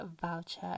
voucher